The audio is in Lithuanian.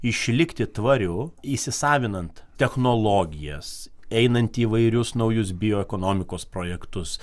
išlikti tvariu įsisavinant technologijas einant į įvairius naujus bioekonomikos projektus